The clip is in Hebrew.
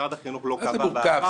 ומשרד החינוך --- מה זה מורכב?